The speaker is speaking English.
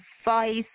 advice